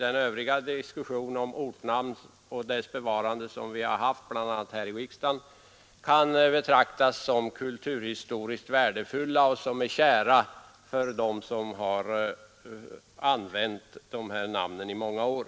a vid diskussioner här i riksdagen har ju de gamla ortnamnen betraktats som kulturhistoriskt värdefulla, och de är kära för dem som har använt dessa namn i många år.